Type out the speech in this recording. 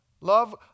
Love